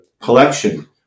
collection